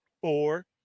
four